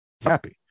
happy